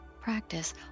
practice